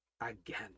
Again